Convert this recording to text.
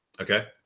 okay